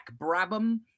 Brabham